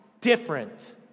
different